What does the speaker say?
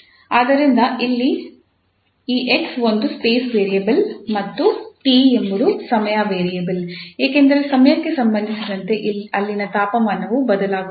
ಆದ್ದರಿಂದ ಇಲ್ಲಿ ಈ 𝑥 ಒಂದು ಸ್ಪೇಸ್ ವೇರಿಯಬಲ್ ಮತ್ತು 𝑡 ಎಂಬುದು ಸಮಯ ವೇರಿಯಬಲ್ ಏಕೆಂದರೆ ಸಮಯಕ್ಕೆ ಸಂಬಂಧಿಸಿದಂತೆ ಅಲ್ಲಿನ ತಾಪಮಾನವು ಬದಲಾಗುತ್ತದೆ